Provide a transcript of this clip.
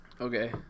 Okay